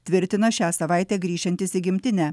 tvirtina šią savaitę grįšiantis į gimtinę